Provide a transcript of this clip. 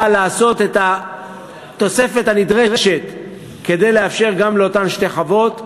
באה לעשות את התוספת הנדרשת כדי לאפשר גם לאותן שתי חוות.